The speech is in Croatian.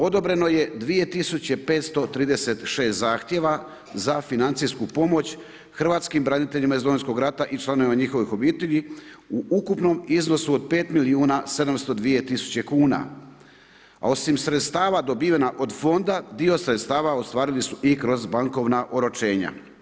Odobreno je 2536 zahtjeva za financijsku pomoć hrvatskim braniteljima iz Domovinskog rata i članovima njihovih obitelji u ukupnom iznosu od 5 milijuna 702 tisuće kuna, a osim sredstava dobivena od Fonda, dio sredstva ostvarili su i kroz bankovna oročenja.